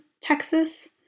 Texas